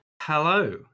hello